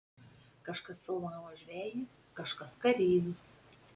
kažkas filmavo žvejį kažkas kareivius